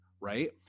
right